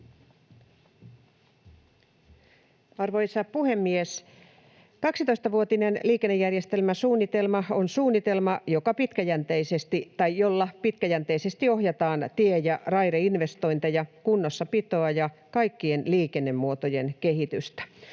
Arvoisa puhemies! 12-vuotinen liikennejärjestelmäsuunnitelma on suunnitelma, jolla pitkäjänteisesti ohjataan tie- ja raideinvestointeja, kunnossapitoa ja kaikkien liikennemuotojen kehitystä.